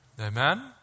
Amen